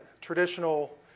traditional